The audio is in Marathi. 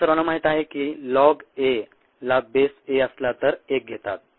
आपल्या सर्वांना माहित आहे की लॉग ए ला बेस ए असला तर 1 घेतात